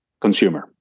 consumer